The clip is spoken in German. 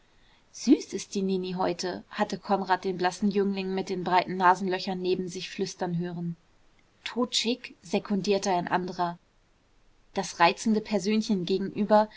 süß ist die nini heute hatte konrad den blassen jüngling mit den breiten nasenlöchern neben sich flüstern hören totschick sekundierte ein anderer das reizende persönchen gegenüber